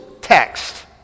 text